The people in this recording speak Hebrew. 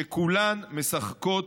שכולן משחקות